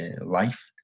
life